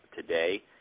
today